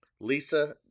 Lisa